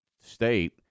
State